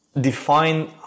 define